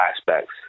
aspects